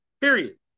Period